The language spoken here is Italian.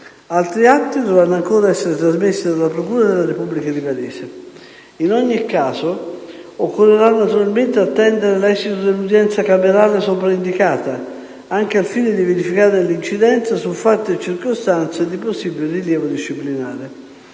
Altri atti dovranno ancora essere trasmessi dalla procura della Repubblica di Varese. In ogni caso, occorrerà naturalmente attendere l'esito dell'udienza camerale sopra indicata, anche al fine di verificarne l'incidenza su fatti e circostanze di possibile rilievo disciplinare.